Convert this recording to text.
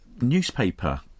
newspaper